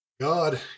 God